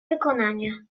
wykonania